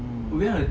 mm